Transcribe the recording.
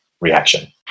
reaction